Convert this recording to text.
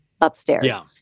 upstairs